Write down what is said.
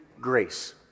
grace